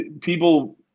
people